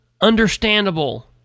understandable